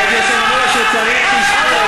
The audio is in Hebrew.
הוא צריך אשפוז,